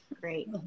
Great